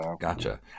Gotcha